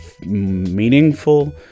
meaningful